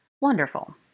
Wonderful